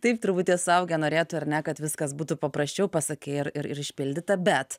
taip turbūt tie suaugę norėtų ar ne kad viskas būtų paprasčiau pasakai ir ir ir išpildyta bet